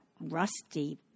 rusty